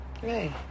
hey